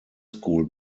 school